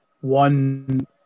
one